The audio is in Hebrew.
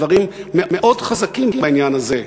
דברים מאוד חזקים בעניין הזה,